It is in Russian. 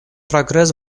прогресс